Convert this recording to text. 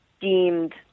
deemed